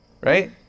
right